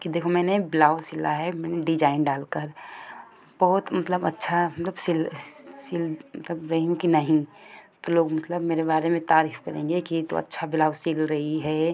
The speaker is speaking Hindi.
कि देखो मैंने ब्लाउज सिला है मैंने डिजाइन डाल कर बहुत मतलब अच्छा मतलब सिल सिल मतलब रही हूँ कि नहीं तो लोग मतलब मेरे बारे में तारीफ करेंगे कि ये तो अच्छा ब्लाउज सिल रही है